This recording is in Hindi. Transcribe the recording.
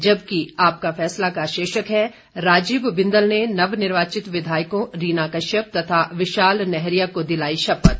जबकि आपका फैसला का शीर्षक है राजीव बिंदल ने नवनिर्वाचित विधायकों रीना कश्यप तथा विशाल नैहरिया को दिलाई शपथ